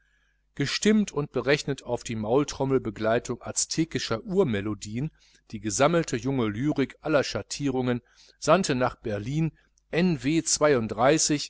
gestimmt und berechnet auf die maultrommelbegleitung aztekischer urmelodieen die gesammte junge lyrik aller schattierungen sandte nach berlin